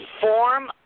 form